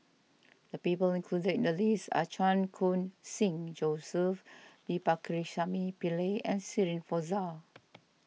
the people included in the list are Chan Khun Sing Joseph V Pakirisamy Pillai and Shirin Fozdar